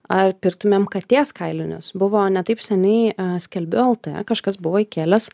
ar pirktumėm katės kailinius buvo ne taip seniai skelbiu lt kažkas buvo įkėlęs